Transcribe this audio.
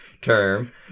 term